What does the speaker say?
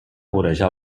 vorejar